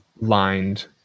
lined